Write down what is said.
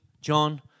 John